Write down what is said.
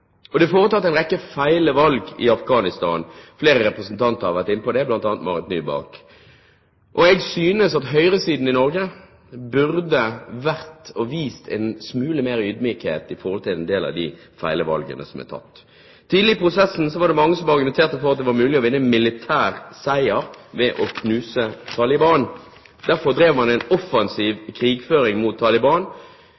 Det er foretatt en rekke feil valg i Afghanistan. Flere representanter har vært inne på det, bl.a. Marit Nybakk. Jeg synes at høyresiden i Norge burde vist en smule mer ydmykhet når det gjelder en del av de gale valgene som er tatt. Tidlig i prosessen var det mange som argumenterte for at det var mulig å vinne en militær seier ved å knuse Taliban. Derfor drev man en offensiv